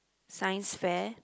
Science fair